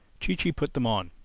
chee-chee put them on.